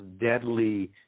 deadly